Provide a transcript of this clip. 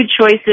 choices